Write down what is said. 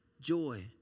joy